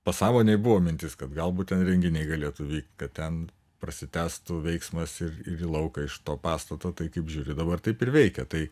pasąmonėj buvo mintis kad galbūt ten renginiai galėtų vykt kad ten prasitęstų veiksmas ir ir į lauką iš to pastato tai kaip žiūri dabar taip ir veikia tai